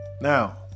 Now